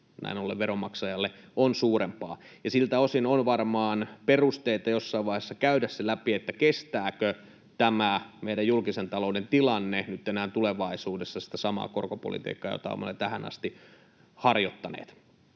näin ollen veronmaksajalle on suurempaa. Siltä osin on varmaan perusteita jossain vaiheessa käydä läpi se, kestääkö tämä meidän julkisen talouden tilanne nyt enää tulevaisuudessa sitä samaa korkopolitiikkaa, jota olemme tähän asti harjoittaneet.